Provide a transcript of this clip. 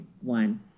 one